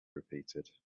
repeated